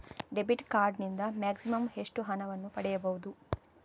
Debit card ನಿಂದ maximum ಎಷ್ಟು ಹಣ ಪಡೆಯಬಹುದು?